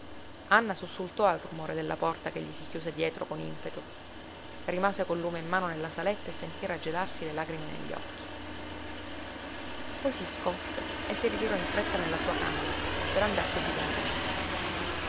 anna sussultò al rumore della porta ch'egli si chiuse dietro con impeto rimase col lume in mano nella saletta e sentí raggelarsi le lagrime negli occhi poi si scosse e si ritirò in fretta nella sua camera per andar subito a letto